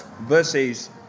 versus